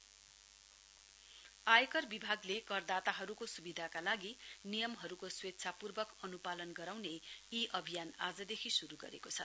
I T campaign आयकर विभागले करदाताहरुको सुविधाका लागि नियमहरुको स्वेच्छापूर्वक अनुपालन गराउने ई अभियान आजदेखि शुरु गरेको छ